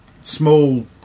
small